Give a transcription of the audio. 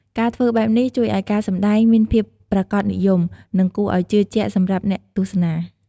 ការធ្វើបែបនេះជួយឱ្យការសម្ដែងមានភាពប្រាកដនិយម និងគួរឲ្យជឿជាក់សម្រាប់អ្នកទស្សនា។